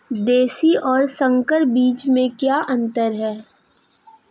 देशी और संकर बीज में क्या अंतर है?